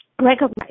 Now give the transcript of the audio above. recognize